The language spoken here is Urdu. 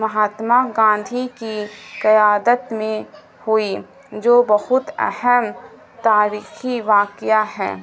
مہاتما گاندھی کی قیادت میں ہوئی جو بہت اہم تاریخی واقعہ ہے